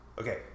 Okay